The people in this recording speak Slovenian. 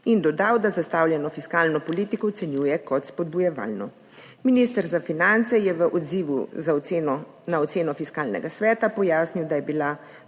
in dodal, da zastavljeno fiskalno politiko ocenjuje kot spodbujevalno. Minister za finance je v odzivu na oceno Fiskalnega sveta pojasnil, da je bila